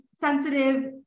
sensitive